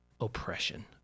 oppression